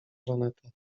żaneta